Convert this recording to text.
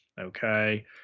Okay